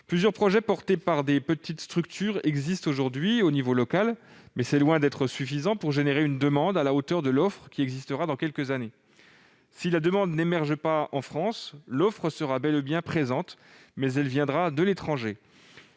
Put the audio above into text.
Plusieurs projets sont portés aujourd'hui par de petites structures à l'échelle locale, mais c'est loin d'être suffisant pour générer une demande à la hauteur de l'offre qui existera dans quelques années. Si la demande n'émerge pas en France, l'offre sera bel et bien présente, mais elle viendra de l'étranger.